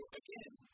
again